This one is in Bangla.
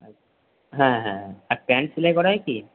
হ্যাঁ হ্যাঁ আর প্যান্ট সেলাই করা হয় কি